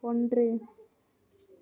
ஒன்று